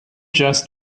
just